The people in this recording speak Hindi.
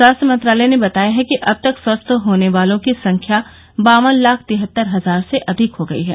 स्वास्थय मंत्रालय ने बताया है कि अब तक स्वस्थ होने वालों की संख्या बावन लाख तिहत्तर हजार से अधिक हो गई है